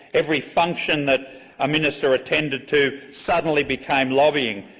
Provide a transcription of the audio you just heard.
every function that a minister attended to suddenly became lobbying,